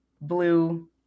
blue